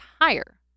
higher